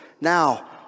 now